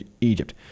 Egypt